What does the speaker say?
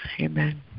Amen